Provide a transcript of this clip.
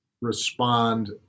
respond